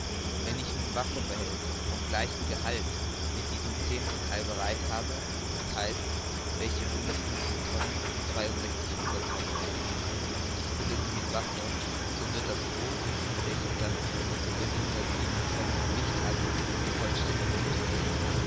wenn ich nun wasserbehälter von gleichem gehalt mit diesem zehntheil bereit habe d h welche hundertundfünfzig tonnen und zweiundsechzig hunderttheile fassen und ich fülle sie mit wasser so wird das boot welches dann fünfzehnhundertundsieben tonnen gewicht hat vollständig untergehen